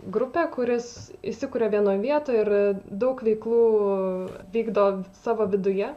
grupė kuris įsikuria vienoje vietoje ir daug veiklų vykdo savo viduje